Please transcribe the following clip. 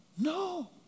No